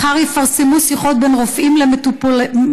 מחר יפרסמו שיחות בין רופאים למטופלים.